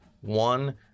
one